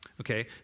okay